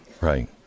Right